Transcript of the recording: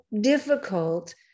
difficult